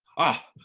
ah!